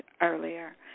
earlier